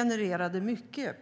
dubbdäck.